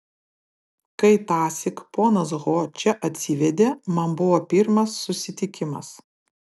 kai tąsyk ponas ho čia atsivedė man buvo pirmas susitikimas